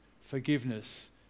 forgiveness